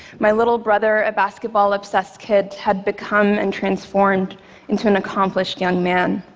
my littler brother, a basketball-obsessed kid, had become and transformed into an accomplished young man.